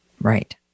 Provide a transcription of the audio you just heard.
Right